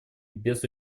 без